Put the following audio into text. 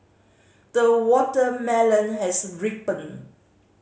the watermelon has ripened